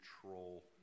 control